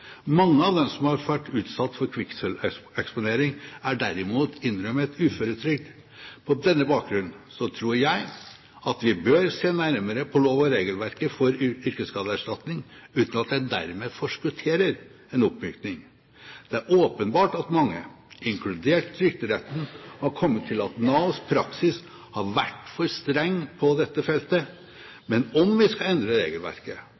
Mange av dem som har vært utsatt for kvikksølveksponering, er derimot innrømmet uføretrygd. På denne bakgrunn tror jeg at vi bør se nærmere på lov- og regelverket for yrkesskadeerstatning, uten at jeg dermed forskutterer en oppmykning. Det er åpenbart at mange, inkludert Trygderetten, har kommet til at Navs praksis har vært for streng på dette feltet. Men om vi skal endre regelverket